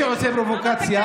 הוא שעושה פרובוקציה,